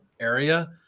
area